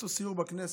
הם עשו סיור בכנסת,